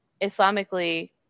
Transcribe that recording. Islamically